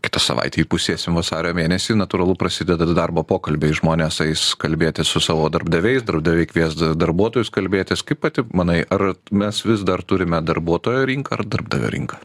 kitą savaitę įpusėsim vasario mėnesį natūralu prasideda darbo pokalbiai žmonės eis kalbėtis su savo darbdaviais darbdaviai kvies darbuotojus kalbėtis kaip pati manai ar mes vis dar turime darbuotojų rinką ar darbdavio rinką